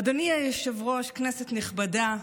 אדוני היושב-ראש, כנסת נכבדה,